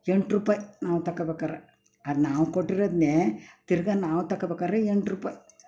ಎಂಟು ರೂಪಾಯಿ ನಾವು ತಗೊಳ್ಬೇಕಾದ್ರೆ ಅದು ನಾವು ಕೊಟ್ಟಿರೋದ್ನೇ ತಿರುಗಾ ನಾವು ತಗೊಳ್ಬೇಕಾದ್ರೆ ಎಂಟು ರೂಪಾಯಿ